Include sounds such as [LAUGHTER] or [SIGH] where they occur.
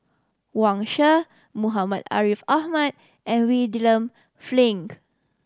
Wang Sha Muhammad Ariff Ahmad and [UNINTELLIGIBLE]